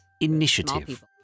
Initiative